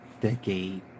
decade